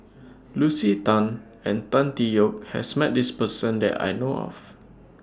Lucy Tan and Tan Tee Yoke has Met This Person that I know of